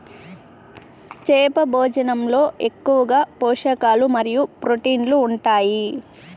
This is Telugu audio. చేప భోజనంలో ఎక్కువగా పోషకాలు మరియు ప్రోటీన్లు ఉంటాయి